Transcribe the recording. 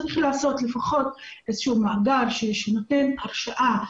צריך לעשות לפחות איזה שהוא מאגר שנותן הרשאה,